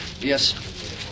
Yes